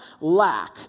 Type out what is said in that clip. lack